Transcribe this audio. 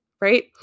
right